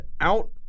out